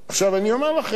אני אומר לכם,